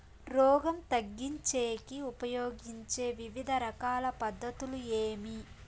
రోగం తగ్గించేకి ఉపయోగించే వివిధ రకాల పద్ధతులు ఏమి?